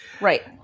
Right